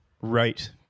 Right